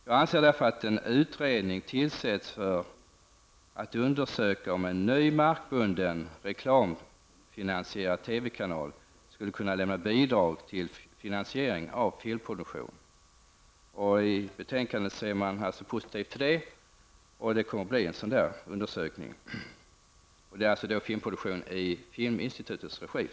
Jag anser därför att en utredning skall tillsättas för att undersöka om en ny, markbunden reklamfinansierad TV-kanal kan lämna bidrag till finansiering av filmproduktion. I betänkandet ställer man sig positiv till detta, och det kommer att göras en undersökning beträffande filmproduktion i Filminstitutets regi.